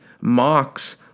mocks